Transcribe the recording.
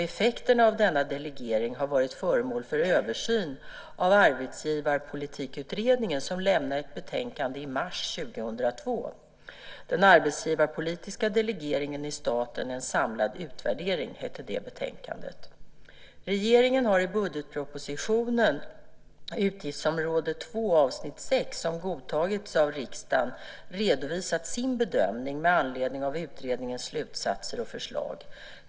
Effekterna av denna delegering har varit föremål för en översyn av Arbetsgivarpolitikutredningen som lämnade ett betänkande i mars 2002 Den arbetsgivarpolitiska delegeringen i staten - en samlad utvärdering . Regeringen har i budgetpropositionen - som godtagits av riksdagen - redovisat sin bedömning med anledning av utredningens slutsatser och förslag.